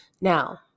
Now